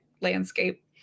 landscape